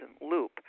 loop